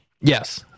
yes